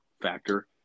factor